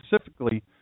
specifically